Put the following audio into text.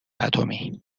اتمی